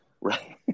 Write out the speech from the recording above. Right